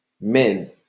men